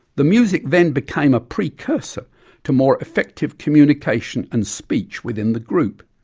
the music then became a precursor to more effective communication and speech within the group.